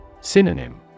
Synonym